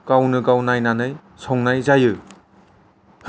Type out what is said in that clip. गावनो गाव नायनानै संनाय जायो